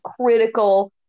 critical